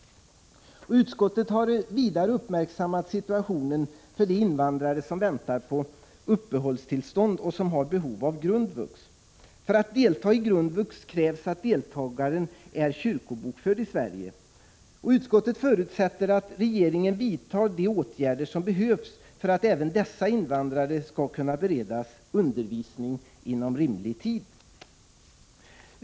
Utskottet har vidare uppmärksammat situationen för de invandrare som väntar på uppehållstillstånd och som har behov av grundvux. För att delta i grundvux krävs att deltagaren är kyrkobokförd i Sverige. Utskottet förutsätter att regeringen vidtar de åtgärder som behövs för att även dessa invandrare skall kunna beredas undervisning inom rimlig tid.